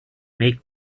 make